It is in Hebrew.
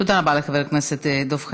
תודה רבה לחבר הכנסת דב חנין.